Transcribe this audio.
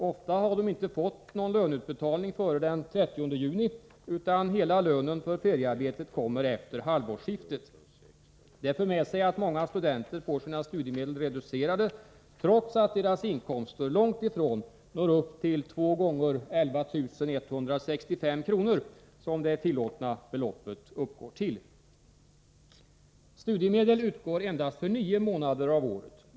Ofta har de inte fått någon löneutbetalning före den 30 juni, utan hela lönen för feriearbetet kommer efter halvårsskiftet. Det för med sig att många studenter får sina studiemedel reducerade trots att deras inkomster långt ifrån uppgår till 2 x 11 165 kr., som det tillåtna beloppet uppgår till. Studiemedel utgår endast för nio månader av året.